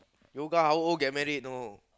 yoga how old get married know